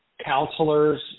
counselors